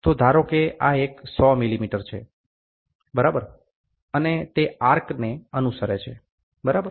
તો ધારો કે આ એક 100 મિલી મીટર છે બરાબર અને તે આર્કચાપ ને અનુસરે છે બરાબર